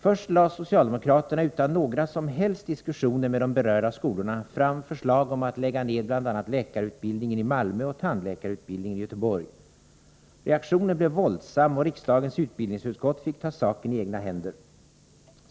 Först lade socialdemokraterna — utan några som helst diskussioner med de berörda skolorna — fram förslag om' att lägga ner bl.a. läkarutbildningen i Malmö och tandläkarutbildningen i Göteborg. Reaktionen blev våldsam, och riksdagens utbildningsutskott fick ta saken i egna händer.